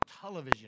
television